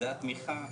זו התמיכה,